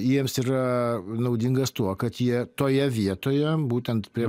jiems yra naudingas tuo kad jie toje vietoje būtent prie